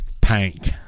Pink